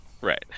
Right